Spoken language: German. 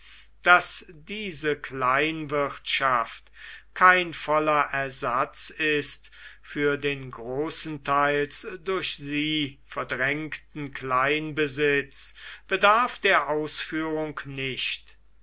daß diese kleinwirtschaft kein voller ersatz ist für den großenteils durch sie verdrängten kleinbesitz bedarf der ausführung nicht